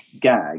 gag